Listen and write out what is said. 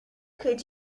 could